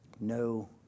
No